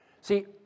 See